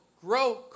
grow